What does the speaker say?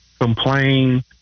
complain